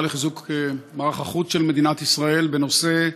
לחיזוק מערך החוץ של מדינת ישראל בנושא: